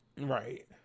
Right